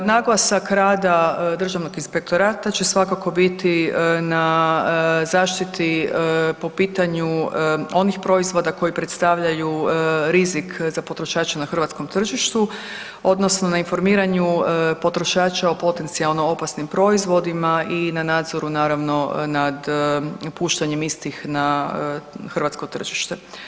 Naglasak rada državnog inspektora će svakako biti na zaštiti po pitanju onih proizvoda koji predstavljaju rizik za potrošače na hrvatskom tržištu odnosno na informiranju potrošača o potencijalno opasnim proizvodima i na nadzoru naravno nad puštanjem istih na hrvatsko tržište.